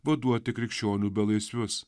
vaduoti krikščionių belaisvius